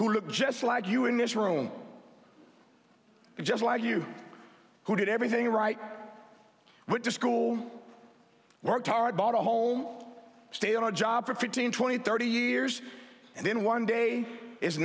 you in this room just like you who did everything right went to school worked hard bought a home stay in a job for fifteen twenty thirty years and then one day